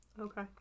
okay